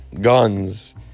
guns